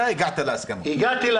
אתה הגעת להסכמות.